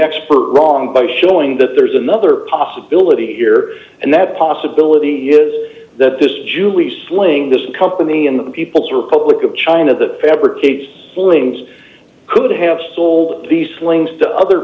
expert wrong by showing that there's another possibility here and that possibility is that this julie sling the company in the people's republic of china the fabricate things could have sold the slings to other